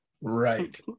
Right